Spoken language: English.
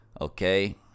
Okay